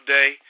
Day